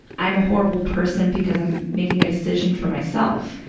i'm a horrible person because i'm making a decision for myself